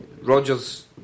Rogers